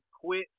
quit